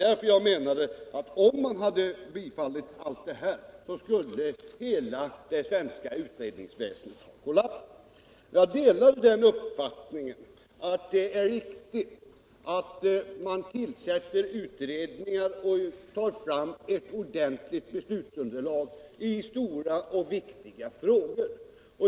Det skulle, menade jag, ha medfört att hela det svenska utredningsväsendet hade kollapsat. Jag delar uppfattningen att det är viktigt att utredningar tillsätts för att få fram ett ordentligt beslutsmaterial i stora och viktiga frågor.